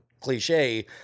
cliche